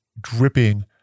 dripping